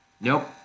Nope